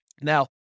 Now